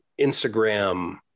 Instagram